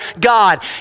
God